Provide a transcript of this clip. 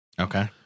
Okay